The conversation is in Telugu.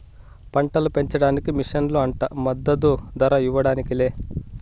పంటలు పెంచడానికి మిషన్లు అంట మద్దదు ధర ఇవ్వడానికి లే